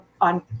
on